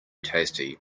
tasty